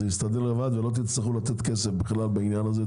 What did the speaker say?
זה יסתדר לבד ולא תצטרכו לתת כסף בעניין הזה.